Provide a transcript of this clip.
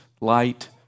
light